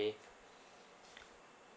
okay